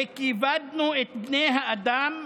וכיבדנו את בני האדם.